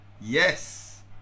Yes